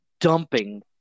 dumping